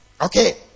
Okay